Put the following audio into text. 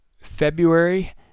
February